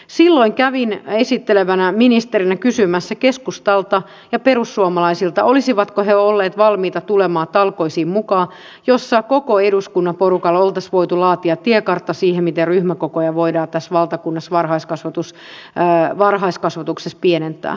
silloin kävin esittelevänä ministerinä kysymässä keskustalta ja perussuomalaisilta olisivatko he olleet valmiita tulemaan mukaan talkoisiin jossa koko eduskunnan porukalla oltaisiin voitu laatia tiekartta siihen miten ryhmäkokoja voidaan tässä valtakunnassa varhaiskasvatuksessa pienentää